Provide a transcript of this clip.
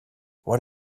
what